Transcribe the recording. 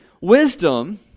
wisdom